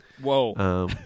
whoa